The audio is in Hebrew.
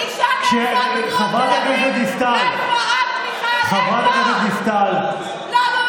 אישה נאנסה בדרום תל אביב ואף אחד לא מדבר על זה.